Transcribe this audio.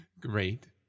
Great